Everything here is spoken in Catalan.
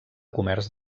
comerç